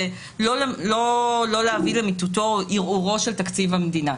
ולא להביא לערעורו של תקציב המדינה.